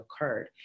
occurred